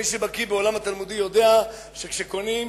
מי שבקי בעולם התלמודי יודע שכאשר קונים,